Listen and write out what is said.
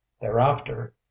thereafter